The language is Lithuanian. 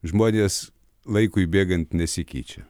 žmonės laikui bėgant nesikeičia